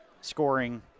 scoring